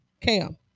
Cam